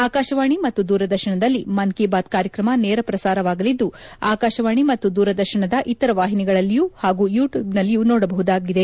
ಆಕಾಶವಾಣಿ ಮತ್ತು ದೂರದರ್ಶನದಲ್ಲಿ ಮನ್ ಕಿ ಬಾತ್ ಕಾರ್ಯಕ್ರಮ ನೇರ ಪ್ರಸಾರವಾಗಲಿದ್ದು ಆಕಾಶವಾಣಿ ಮತ್ತು ದೂರದರ್ಶನದ ಇತರ ವಾಹಿನಿಗಳಲ್ಲಿಯೂ ಹಾಗೂ ಯೂಟ್ಯೂಬ್ನಲ್ಲಿಯೂ ನೋಡಬಹುದಾಗಿದೆ